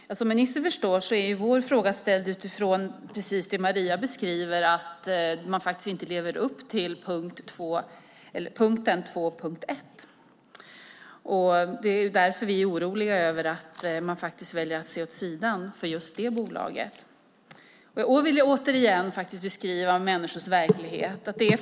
Herr talman! Som ministern förstår är våra frågor ställda utifrån precis det Maria beskriver, nämligen att bolaget inte lever upp till punkten 2.1. Vi är oroliga över att man väljer att se åt sidan med det bolaget. Jag vill återigen beskriva människors verklighet.